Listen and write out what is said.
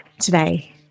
today